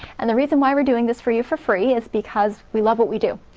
and the reason why we're doing this for you for free is because we love what we do.